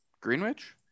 Greenwich